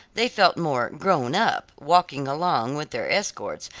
they felt more grown up walking along with their escorts,